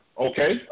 Okay